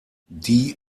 die